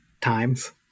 times